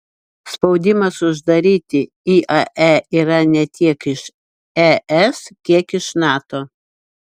spaudimas uždaryti iae yra ne tiek iš es kiek iš nato